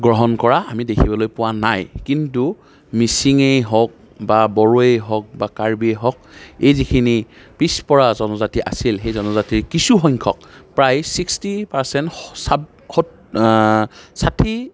গ্ৰহণ কৰা আমি দেখিবলৈ পোৱা নাই কিন্তু মিচিঙেই হওঁক বা বড়োৱেই হওক বা কাৰ্বিয়েই হওঁক এই যিখিনি পিছপৰা জনজাতি আছিল সেই জনজাতিৰ কিছু সংখ্যক প্ৰায় চিক্সটি পাৰচেন্ট চাৱ সত ষাঠি